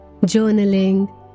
journaling